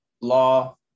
law